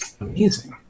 Amazing